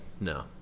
No